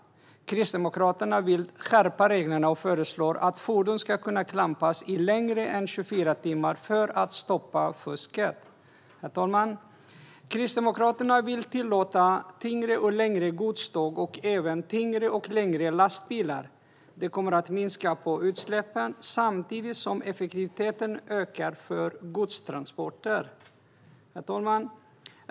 Kristdemokraterna vill skärpa reglerna och föreslår att fordon ska kunna klampas i mer än 24 timmar för att stoppa fusket. Herr talman! Kristdemokraterna vill tillåta tyngre och längre godståg och även tyngre och längre lastbilar. Det kommer att minska utsläppen, samtidigt som effektiviteten ökar för godstransporter.